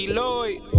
Lloyd